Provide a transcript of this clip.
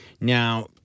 Now